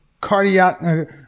cardiac